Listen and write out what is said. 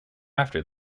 after